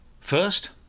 First